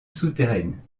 souterraine